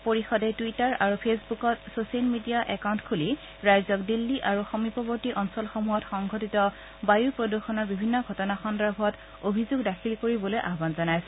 পৰিষদে টুইটাৰ আৰু ফেচবুকত ছচিয়েল মিডিয়া একাউণ্ট খুলি ৰাইজক দিল্লী আৰু সমীপৰৰ্তী অঞ্চলসমূহত সংঘটিত বায়ু প্ৰদূষণৰ বিভিন্ন ঘটনা সন্দৰ্ভত অভিযোগ দাখিল কৰিবলৈ আহান জনাইছে